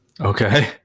Okay